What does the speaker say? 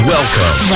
Welcome